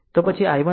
તો પછી i1 શું હશે